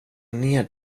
ner